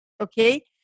Okay